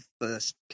first